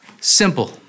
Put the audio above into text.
Simple